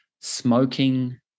smoking